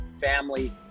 family